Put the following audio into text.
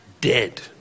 dead